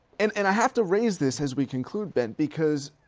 and, and i have to raise this as we conclude, ben, because,